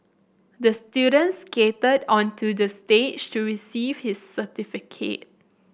the student skated onto the stage to receive his certificate